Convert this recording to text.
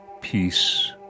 peace